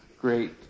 great